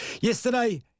Yesterday